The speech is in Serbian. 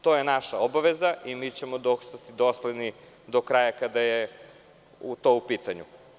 To je naša obaveza i mi ćemo ostati dosledni do kraja, kada je to u pitanju.